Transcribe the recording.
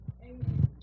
Amen